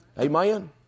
Amen